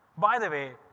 by the way,